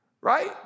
right